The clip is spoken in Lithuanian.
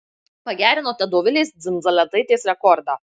pagerinote dovilės dzindzaletaitės rekordą